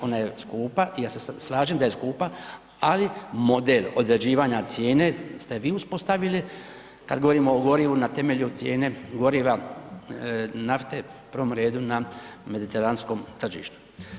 Ona je skupa, ja se slažem da je skupa, ali model određivanja cijene ste vi uspostavili, kad govorimo o gorivu na temelju cijene goriva nafte, u prvom redu na mediteranskom tržištu.